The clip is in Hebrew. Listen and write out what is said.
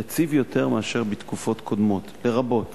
יציב יותר מאשר בתקופות קודמות, לרבות